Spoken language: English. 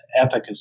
efficacy